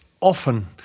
often